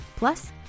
Plus